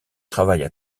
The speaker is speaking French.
travaillent